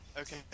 Okay